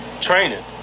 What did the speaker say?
Training